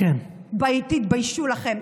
תתביישו לכם.